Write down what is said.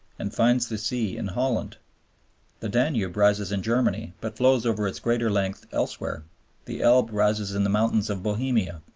and finds the sea in holland the danube rises in germany but flows over its greater length elsewhere the elbe rises in the mountains of bohemia,